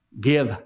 Give